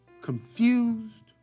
confused